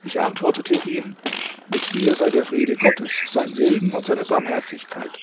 ich antwortete ihm mit dir sei der friede gottes sein segen und seine barmherzigkeit